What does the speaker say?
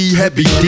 heavy